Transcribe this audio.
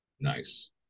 Nice